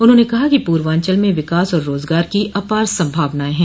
उन्होंने कहा कि पूर्वांचल में विकास और रोजगार की अपार संभावनाएं है